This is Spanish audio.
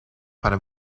para